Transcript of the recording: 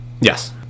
Yes